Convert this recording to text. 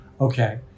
Okay